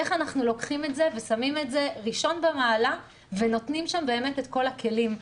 איך אנחנו לוקחים ושמים את זה ראשון במעלה ונותני שם באמת את כל הכלים.